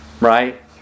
Right